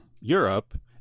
europe